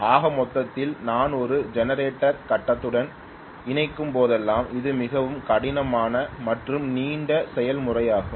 ஆக மொத்தத்தில் நான் ஒரு ஜெனரேட்டரை கட்டத்துடன் இணைக்கும்போதெல்லாம் இது மிகவும் கடினமான மற்றும் நீண்ட செயல்முறையாகும்